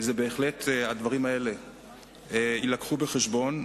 הדברים יובאו בחשבון.